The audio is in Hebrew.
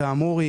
כאמור,